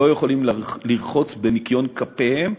לא יכולים לרחוץ בניקיון כפיהם.